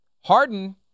Harden